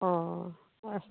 অঁ আছে